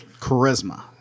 charisma